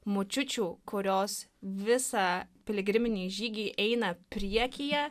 močiučių kurios visą piligriminį žygį eina priekyje